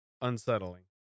Unsettling